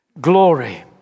glory